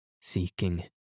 Seeking